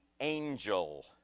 angel